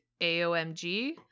AOMG